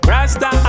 Rasta